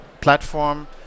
platform